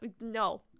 no